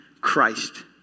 Christ